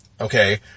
Okay